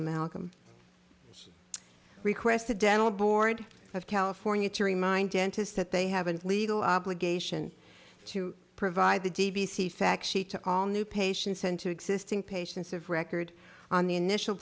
amalgam request the dental board of california to remind dentists that they have a legal obligation to provide the d v c fact sheet to all new patients and to existing patients of record on the initial